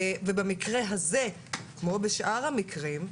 ובמקרה הזה, כמו בשאר המקרים,